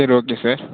சரி okay sir